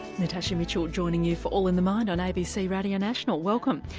natasha mitchell joining you for all in the mind on abc radio national, welcome.